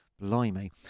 Blimey